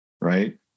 Right